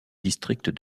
district